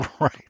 Right